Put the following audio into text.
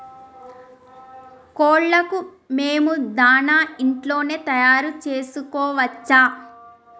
కోళ్లకు మేము దాణా ఇంట్లోనే తయారు చేసుకోవచ్చా?